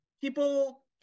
people